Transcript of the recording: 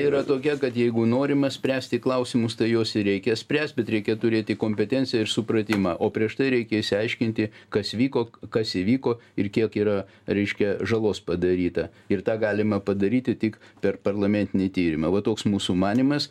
yra tokia kad jeigu norima spręsti klausimus tai juos ir reikia spręst bet reikia turėti kompetenciją ir supratimą o prieš tai reikia išsiaiškinti kas vyko kas įvyko ir kiek yra reiškiakią žalos padaryta ir tą galima padaryti tik per parlamentinį tyrimą va toks mūsų manymas